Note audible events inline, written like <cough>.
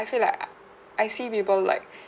feel like uh I see people like <breath>